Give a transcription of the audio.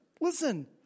Listen